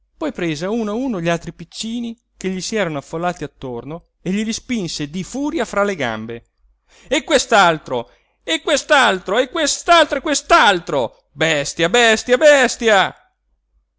poi prese a uno a uno gli altri piccini che gli s'erano affollati attorno e glieli spinse di furia fra le gambe e quest'altro e quest'altro e quest'altro e quest'altro bestia bestia bestia